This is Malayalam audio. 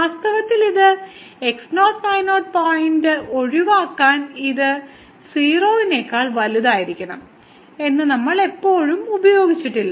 വാസ്തവത്തിൽ ഇത് x0 y0 പോയിന്റ് ഒഴിവാക്കാൻ ഇത് 0 നേക്കാൾ വലുതായിരിക്കണം എന്ന് നമ്മൾ ഇപ്പോൾ ഉപയോഗിച്ചിട്ടില്ല